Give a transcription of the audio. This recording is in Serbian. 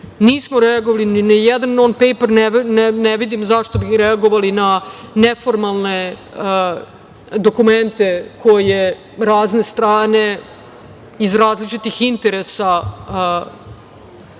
Nismo reagovali ni na jedan „non-pejper“, ne vidim zašto bi reagovali na neformalne dokumente koje razne strane, iz različitih interesa